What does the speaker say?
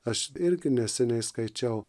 aš irgi neseniai skaičiau